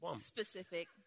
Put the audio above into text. specific